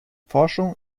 forschung